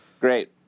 Great